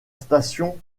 station